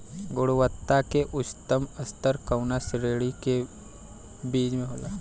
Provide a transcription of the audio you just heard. गुणवत्ता क उच्चतम स्तर कउना श्रेणी क बीज मे होला?